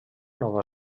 nova